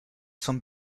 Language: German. zum